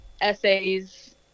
essays